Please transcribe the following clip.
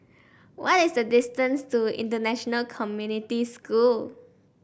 what is the distance to International Community School